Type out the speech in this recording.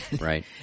right